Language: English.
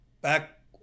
Back